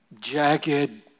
jagged